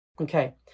Okay